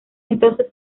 entonces